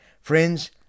Friends